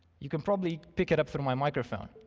you can probably pick it up from my microphone.